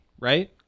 right